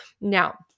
Now